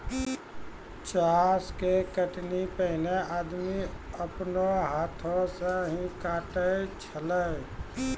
चास के कटनी पैनेहे आदमी आपनो हाथै से ही काटै छेलै